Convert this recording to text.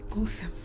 awesome